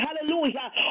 hallelujah